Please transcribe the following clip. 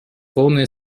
полная